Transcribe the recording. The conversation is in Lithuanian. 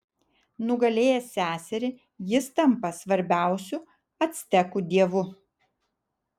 nugalėjęs seserį jis tampa svarbiausiu actekų dievu